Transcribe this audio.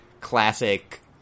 classic